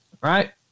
right